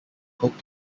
hoped